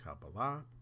Kabbalah